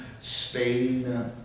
Spain